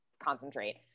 concentrate